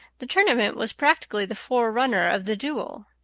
the tournament was practically the forerunner of the duel.